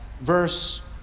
verse